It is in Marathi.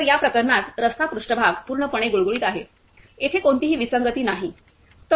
तर या प्रकरणात रस्ता पृष्ठभाग पूर्णपणे गुळगुळीत आहे येथे कोणतीही विसंगती नाही